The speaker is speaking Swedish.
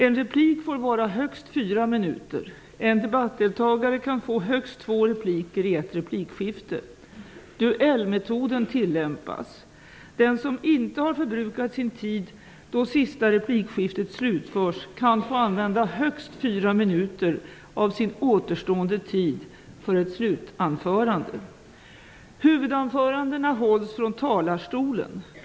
En replik får vara högst 4 minuter. En debattdeltagare kan få högst två repliker i ett replikskifte. Duellmetoden tillämpas. Den som inte förbrukat sin tid då sista replikskiftet slutförs kan få använda högst 4 Huvudanförandena hålls från talarstolen.